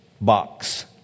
box